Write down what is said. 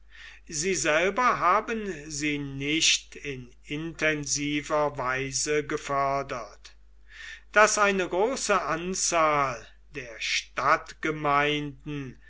sie selber haben sie nicht in intensiver weise gefördert daß eine große anzahl der